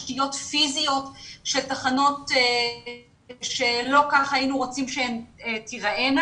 וגם מבחינת תשתיות פיזיות של תחנות שלא היינו רוצים שכך הן ייראו.